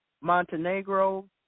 Montenegro